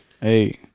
Hey